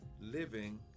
Living